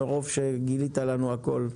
מרוב שגילית לנו הכול.